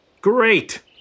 Great